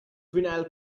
vinyl